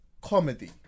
comedy